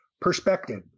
perspective